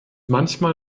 manchmal